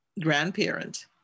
grandparent